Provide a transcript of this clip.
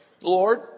Lord